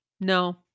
No